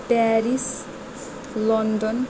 Paris London